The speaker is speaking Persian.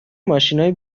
ماشینای